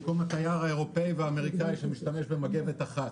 במקום התייר האירופאי והאמריקאי שמשתמש במגבת אחת.